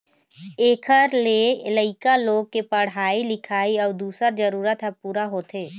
एखर ले लइका लोग के पढ़ाई लिखाई अउ दूसर जरूरत ह पूरा होथे